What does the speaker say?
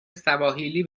سواحیلی